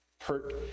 hurt